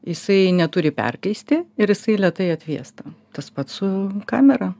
jisai neturi perkaisti ir jisai lėtai atvėsta tas pats su kamera